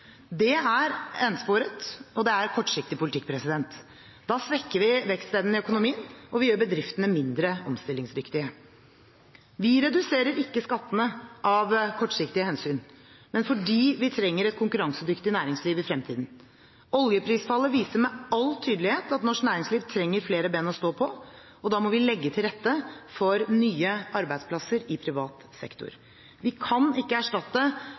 Det er ensporet, og det er kortsiktig politikk. Da svekker vi vekstevnen i økonomien, og vi gjør bedriftene mindre omstillingsdyktige. Vi reduserer ikke skattene av kortsiktige hensyn, men fordi vi trenger et konkurransedyktig næringsliv i fremtiden. Oljeprisfallet viser med all tydelighet at norsk næringsliv trenger flere ben å stå på. Da må vi legge til rette for nye arbeidsplasser i privat sektor. Vi kan ikke erstatte